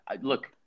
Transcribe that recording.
look